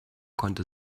konnte